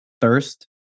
thirst